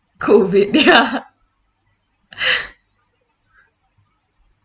COVID ya